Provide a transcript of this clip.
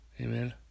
Amen